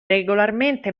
regolarmente